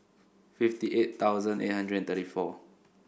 fifty eight thousand eight hundred and thirty four